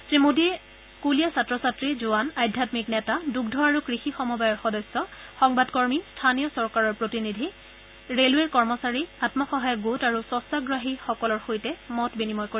শ্ৰী মোদীয়ে স্থুলীয়া ছাত্ৰ ছাত্ৰী জোৱান আধ্যামিক নেতা দুগ্ধ আৰু কৃষি সমবায়ৰ সদস্য সংবাদকৰ্মী স্থানীয় চৰকাৰৰ প্ৰতিনিধি ৰে'লৱেৰ কৰ্মচাৰী আম্মসহায়ক গোট আৰু স্বচ্ছাগ্ৰাহী সকলৰ সৈতে মত বিনিময় কৰিব